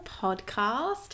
podcast